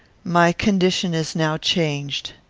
my condition is now changed.